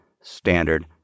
standard